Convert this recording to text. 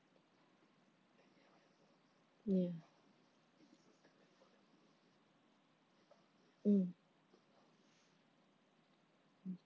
ya mm mm